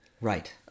right